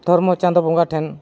ᱫᱷᱚᱨᱢᱚ ᱪᱟᱸᱫᱳ ᱵᱚᱸᱜᱟ ᱴᱷᱮᱱ